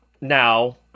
now